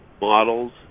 models